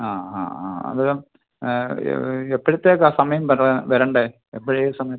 ആ ആ ആ അത് ഇത് എപ്പോഴത്തേക്കാണ് സമയം പറ വരേണ്ടത് എപ്പോൾ സമയം